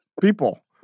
people